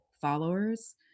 followers